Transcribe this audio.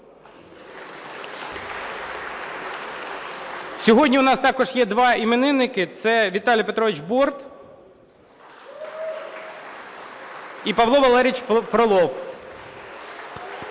Сьогодні у нас також є два іменинники – це Віталій Петрович Борт (оплески) і Павло Валерійович Фролов